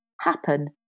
happen